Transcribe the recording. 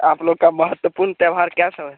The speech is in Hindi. आप लोगों का महत्वपूर्ण त्योहार क्या सब है